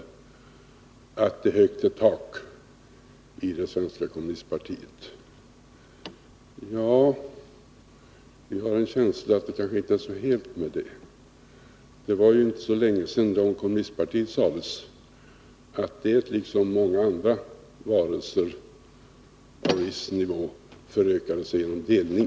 Han sade också att det är högt till taket i det svenska kommunistpartiet. Ja, vi har en känsla av att det kanske inte är så helt med det. Det är ju inte så länge sedan det om kommunistpartiet sades att det liksom många andra varelser på viss nivå förökade sig genom delning.